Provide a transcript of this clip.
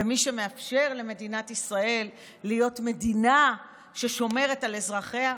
במי שמאפשר למדינת ישראל להיות מדינה ששומרת על אזרחיה?